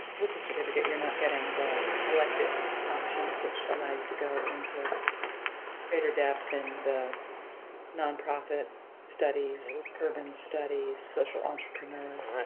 with the certificate, you're not getting the elective options which allow you to go into greater depth than the nonprofit studies, urban studies, social entrepreneur,